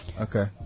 Okay